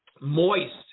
moist